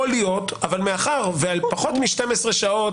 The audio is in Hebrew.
יכול להיות אבל מאחר שפחות מ-12 שעות